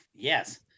Yes